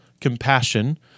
compassion